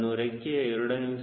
ನಾನು ರೆಕ್ಕೆಯ a